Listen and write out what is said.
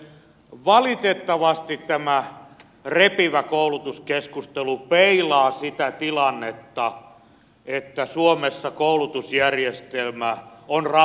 valitettavasti tämä repivä koulutuskeskustelu peilaa sitä tilannetta että suomessa koulutusjärjestelmä on rapautumassa